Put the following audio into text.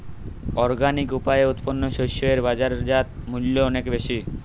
organic উপায়ে উৎপন্ন শস্য এর বাজারজাত মূল্য অনেক বেশি